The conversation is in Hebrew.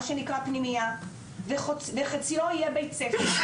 מה שנקרא פנימייה וחציו יהיה בית ספר,